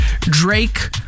Drake